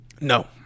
No